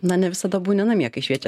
na ne visada būni namie kai šviečia